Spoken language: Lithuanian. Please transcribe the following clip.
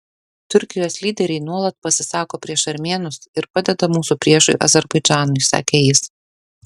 turkijos lyderiai nuolat pasisako prieš armėnus ir padeda mūsų priešui azerbaidžanui sakė jis